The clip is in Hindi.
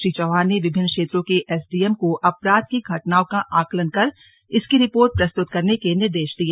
श्री चौहान ने विभिन्न क्षेत्रों के एसडीएम को अपराध की घटनाओं का आकलन कर इसकी रिपोर्ट प्रस्तुत करने के निर्देश दिए